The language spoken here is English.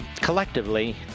collectively